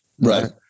Right